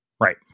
Right